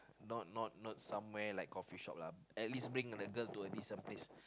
not not not somewhere like coffee shop lah at least bring the girl to a decent place